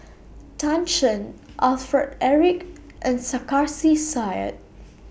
Tan Shen Alfred Eric and Sarkasi Said